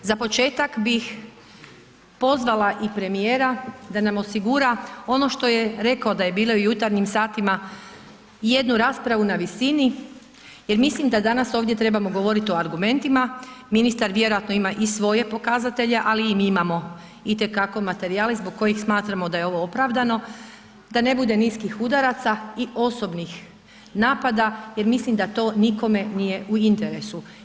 Za početak bih pozvala i premijera da nam osigura ono što je rekao da je bilo i u jutarnjim satima, jednu raspravu na visini jer mislim da danas ovdje trebamo govoriti o argumentima, ministar vjerojatno ima i svoje pokazatelje ali i mi imamo itekako materijala zbog kojih smatramo da je ovo opravdano, da ne bude niskih udaraca i osobnih napada jer mislim da to nikome nije u interesu.